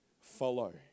follow